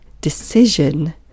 decision